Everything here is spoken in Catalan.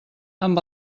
amb